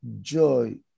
joy